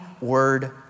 word